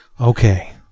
Okay